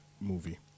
movie